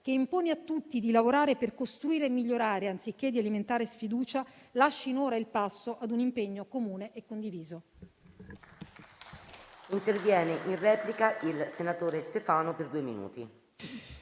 che impone a tutti di lavorare per costruire e migliorare anziché alimentare sfiducia - lascino ora il passo a un impegno comune e condiviso.